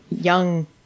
young